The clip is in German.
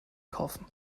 kaufen